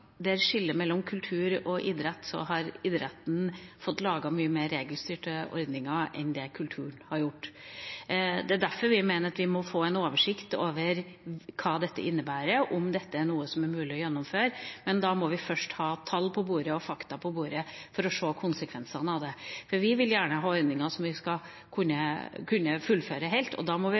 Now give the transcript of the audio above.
skillet mellom kultur og idrett, har fått laget mye mer regelstyrte ordninger enn det kulturen har gjort. Det er derfor vi mener at vi må få en oversikt over hva dette innebærer, om dette er noe som det er mulig å gjennomføre. Men da må vi først ha tall og fakta på bordet for å se konsekvensene av det. Vi vil gjerne ha ordninger som vi skal kunne fullføre helt, og da må vi